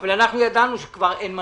אבל אנחנו ידענו שכבר אין מנוס.